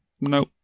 No